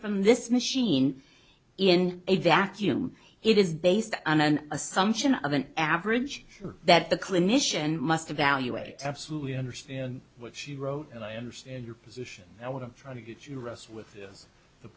from this machine in a vacuum it is based on an assumption of an average that the clinician must evaluate absolutely understand what she wrote and i understand your position and what i'm trying to get you wrestle with